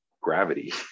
gravity